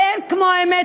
ואין כמו האמת,